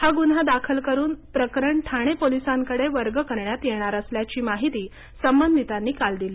हा गुन्हा दाखल करून प्रकरण ठाणे पोलिसांकडे वर्ग करण्यात येणार असल्याची माहिती संबंधितांनी काल दिली